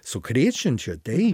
sukrėčiančio taip